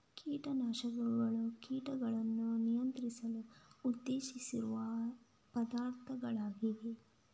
ಕೀಟ ನಾಶಕಗಳು ಕೀಟಗಳನ್ನು ನಿಯಂತ್ರಿಸಲು ಉದ್ದೇಶಿಸಿರುವ ಪದಾರ್ಥಗಳಾಗಿವೆ